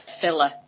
filler